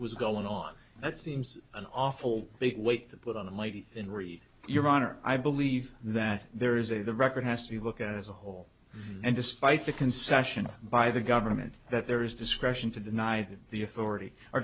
was going on that seems an awful big weight to put on a lady in ri your honor i believe that there is a the record has to be looked at as a whole and despite the concession by the government that there is discretion to deny them the authority or